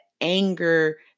anger